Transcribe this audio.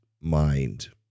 mind